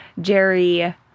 Jerry